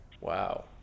Wow